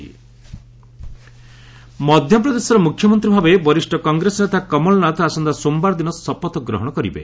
MP CM ମଧ୍ୟପ୍ରଦେଶର ମୁଖ୍ୟମନ୍ତ୍ରୀ ଭାବେ ବରିଷ୍ଠ କଂଗ୍ରେସ ନେତା କମଲନାଥ ଆସନ୍ତା ସୋମବାର ଦିନ ଶପଥ ଗ୍ରହଣ କରିବେ